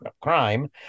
Crime